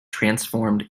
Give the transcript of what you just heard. transformed